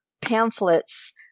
pamphlets